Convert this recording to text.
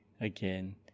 again